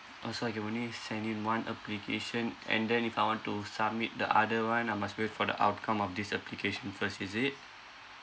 orh so I can only send in one application and then if I want to submit the other one I must wait for the outcome of this application first is it